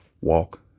walk